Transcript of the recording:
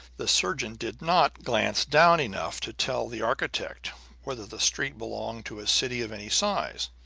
the surgeon did not glance down enough to tell the architect whether the street belonged to a city of any size.